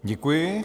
Děkuji.